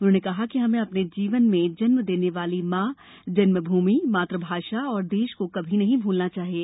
उन्होंने कहा कि हमें अपने जीवन में जन्म देने वाली माँ जन्मभूमि मातृभाषा और देश को कभी नहीं भूलना चाहिए